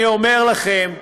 אני אומר לכם: